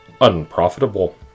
unprofitable